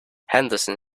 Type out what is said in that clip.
henderson